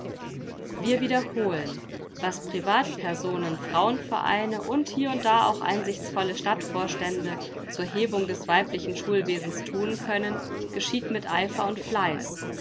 wir wiederholen was privatpersonen frauenvereine und hie und da auch einsichtsvolle stadtvorstände zur hebung des weiblichen schulwesens thun können geschieht mit eifer und fleiß